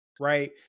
Right